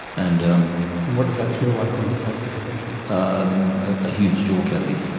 and um and what does that feel like or look like for the patient? um a huge jaw cavity,